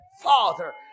Father